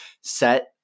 Set